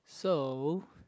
so